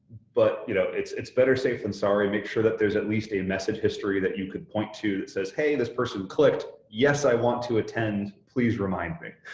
but, you know, it's it's better safe than sorry. make sure that there's at least a message history that you could point to that says, hey, this person clicked. yes, i want to attend. please remind me,